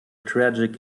tragic